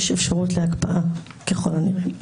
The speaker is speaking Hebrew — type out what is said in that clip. יש אפשרות להקפאה ככל הנראה.